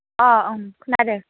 अ' उम खोनादों